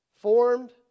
formed